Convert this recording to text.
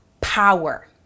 power